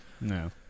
No